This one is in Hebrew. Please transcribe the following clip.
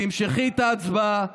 תמשכי את ההצבעה.